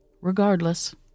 Regardless